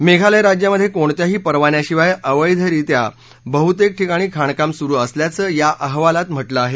मेघालय राज्यामध्ये कोणत्याही परवान्याशिवाय अवैधरित्या बहुतेक ठिकाणी खाणकाम सुरू असल्याचं या अहवालात म्हटलं आहे